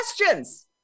questions